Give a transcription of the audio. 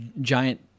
giant